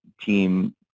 team